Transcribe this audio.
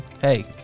hey